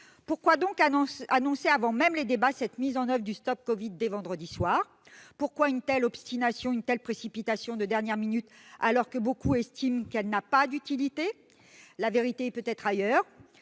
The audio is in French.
Pourquoi donc annoncer avant même les débats la mise en oeuvre de StopCovid dès vendredi soir ? Pourquoi une telle obstination, une telle précipitation de dernière minute, alors que beaucoup estiment qu'elle n'a pas d'utilité ? La vérité est peut-être ailleurs